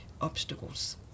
obstacles